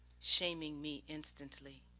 shaming me instantly.